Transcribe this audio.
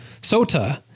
Sota